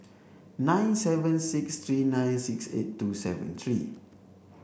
nine seven six three nine six eight two seven three